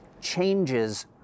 changes